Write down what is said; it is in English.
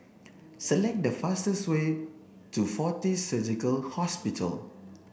select the fastest way to Fortis Surgical Hospital